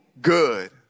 good